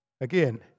Again